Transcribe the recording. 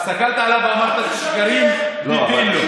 הסתכלת עליו ואמרת: גרים בווילות.